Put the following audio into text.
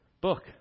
book